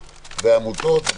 העמותות,